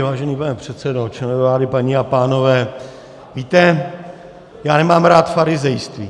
Vážený pane předsedo, členové vlády, paní a pánové, víte, já nemám rád farizejství.